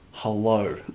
Hello